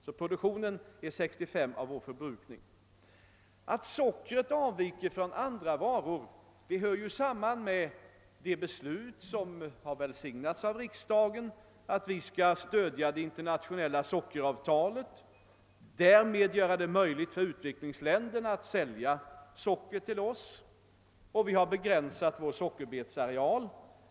Att situationen beträffande sockret avviker från vad som gäller för andra varor sammanhänger med det av riksdagen godkända beslutet att vårt land skall stödja det internationella sockeravtalet och därmed göra det möjligt för utvecklingsländerna att sälja socker till oss. Vi har också begränsat vår sockerbetsareal.